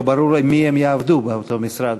ולא ברור עם מי הם יעבדו באותו משרד.